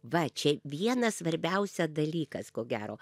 va čia viena svarbiausia dalykas ko gero